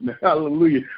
Hallelujah